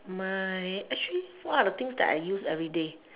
my actually what are the things that I use everyday